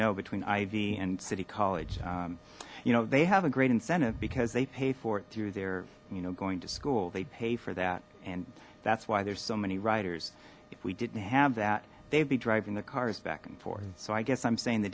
know between ivy and city college you know they have a great incentive because they pay for it through their you know going to school they pay for that and that's why there's so many writers if we didn't have that they'd be driving the cars back and forth so i guess i'm saying the